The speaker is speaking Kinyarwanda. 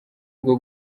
bwo